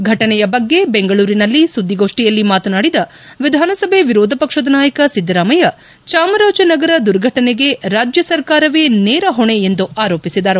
ಫಟನೆಯ ಬಗ್ಗೆ ಬೆಂಗಳೂರಿನಲ್ಲಿ ಸುದ್ದಿಗೋಷ್ಟಿಯಲ್ಲಿ ಮಾತನಾಡಿದ ವಿಧಾನಸಭೆ ವಿರೋಧ ಪಕ್ಷದ ನಾಯಕ ಸಿದ್ದರಾಮಯ್ಯ ಚಾಮರಾಜನಗರ ದುರ್ಫಟನೆಗೆ ರಾಜ್ಯ ಸರ್ಕಾರವೇ ನೇರ ಹೊಣೆ ಎಂದು ಆರೋಪಿಸಿದರು